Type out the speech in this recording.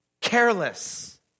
Careless